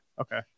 okay